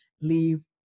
leave